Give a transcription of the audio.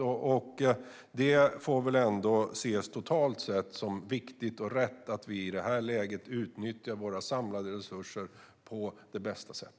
Totalt sett får det väl ändå ses som viktigt och rätt att vi i detta läge utnyttjar våra samlade resurser på bästa sätt.